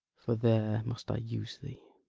for there must i use thee.